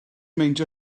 meindio